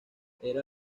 era